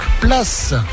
place